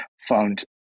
found